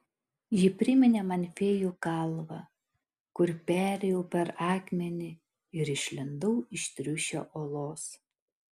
ji priminė man fėjų kalvą kur perėjau per akmenį ir išlindau iš triušio olos